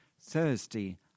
Thursday